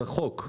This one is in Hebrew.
צריך לחוק.